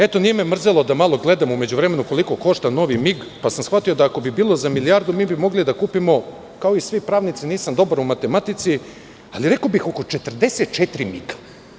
Eto, nije me mrzelo da malo gledam u međuvremenu koliko košta novi MIG, pa sam shvatio da, ako bi bilo za milijardu, mi bi mogli da kupimo, kao i svi pravnici, nisam dobar u matematici, ali rekao bih oko 44 MIG.